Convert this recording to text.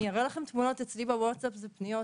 אני אראה לכם תמונות אצלי בווטסאפ אלה פניות